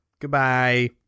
Goodbye